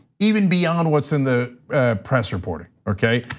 even beyond what's in the press reporting, okay?